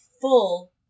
full